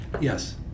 Yes